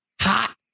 hot